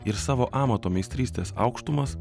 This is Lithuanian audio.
ir savo amato meistrystės aukštumas